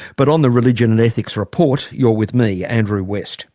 but on the religion and ethics report you're with me, andrew west